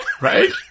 Right